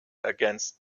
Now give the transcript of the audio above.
against